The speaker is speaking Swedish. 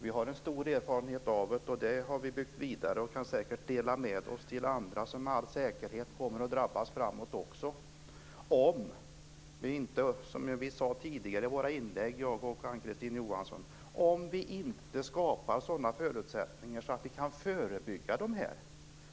Vi har stor erfarenhet av detta och den har vi byggt vidare på så att vi säkert kan dela med oss till andra som med all säkerhet också kommer att drabbas så småningom - om vi inte, som Ann-Kristine Johansson och jag sade tidigare i våra inlägg, skapar sådana förutsättningar att vi kan förebygga detta.